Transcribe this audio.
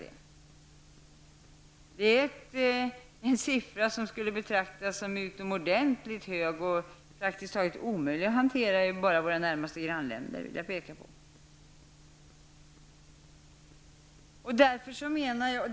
Jag vill peka på att det är en nivå som skulle betraktas som utomordentligt hög och praktiskt taget omöjlig att hantera bara i våra närmaste grannländer.